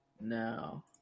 no